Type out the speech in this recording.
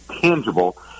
tangible